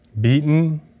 beaten